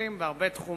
פרופילים בהרבה תחומים,